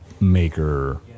maker